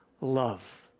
love